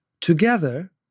together